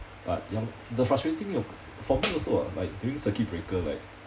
but ya lor the frustrating thing for me also ah like during circuit breaker like